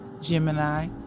Gemini